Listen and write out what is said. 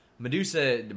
Medusa